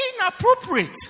inappropriate